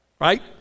Right